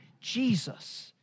Jesus